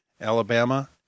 Alabama